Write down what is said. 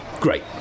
Great